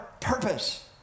purpose